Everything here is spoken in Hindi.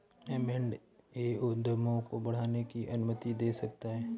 एम एण्ड ए उद्यमों को बढ़ाने की अनुमति दे सकता है